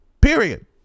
Period